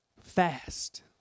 fast